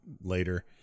later